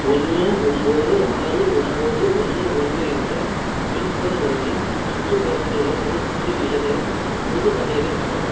ஒன்று ஒம்பது ஆறு ஒம்பது ஒன்று ஒன்று என்ற பின்கோடு பகுதியின் சுற்றுப்புறத்தில் உள்ள தடுப்பூசி மையங்களின் முழுப் பட்டியலையும் காட்டவும்